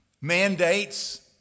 mandates